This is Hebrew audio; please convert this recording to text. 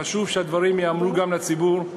חשוב שהדברים ייאמרו גם לציבור,